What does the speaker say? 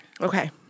Okay